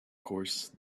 course